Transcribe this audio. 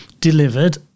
delivered